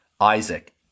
Isaac